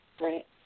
Right